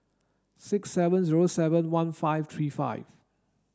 six seven zero seven one five three five